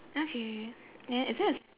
okay then is there a s~